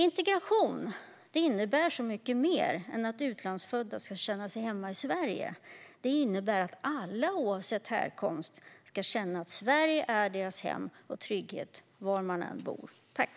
Integration innebär nämligen så mycket mer än att utlandsfödda ska känna sig hemma i Sverige. Det innebär att alla, oavsett härkomst, ska känna att Sverige är deras hem och trygghet var de än bor i landet.